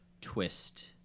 twist